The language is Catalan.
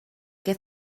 que